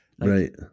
Right